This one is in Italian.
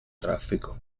traffico